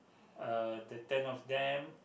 uh the ten of them